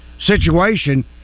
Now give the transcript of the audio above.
situation